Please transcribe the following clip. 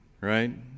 right